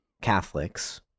Catholics